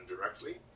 directly